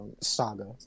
saga